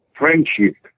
friendship